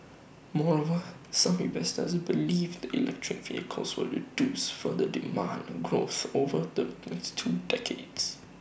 moreover some investors believe that electric vehicles will reduce for the demand growth over the next two decades